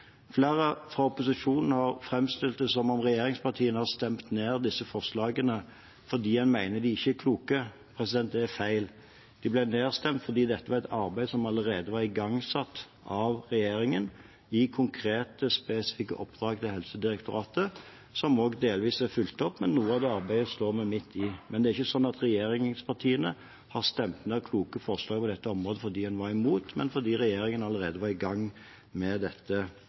Flere fra opposisjonen har framstilt det som om regjeringspartiene har stemt ned disse forslagene fordi en mener de ikke er kloke. Det er feil. De ble nedstemt fordi dette var et arbeid som allerede var igangsatt av regjeringen i konkrete, spesifikke oppdrag til Helsedirektoratet. De er delvis fulgt opp, men noe av det arbeidet står vi midt i. Det er ikke slik at regjeringspartiene har stemt ned kloke forslag på dette området fordi en var imot, det var fordi regjeringen allerede var i gang med dette